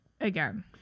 again